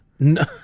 No